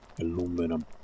aluminum